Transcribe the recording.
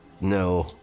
no